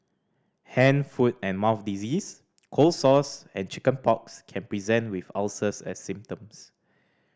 hand foot and mouth disease cold sores and chicken pox can present with ulcers as symptoms